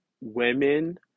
women